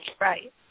Right